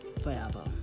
forever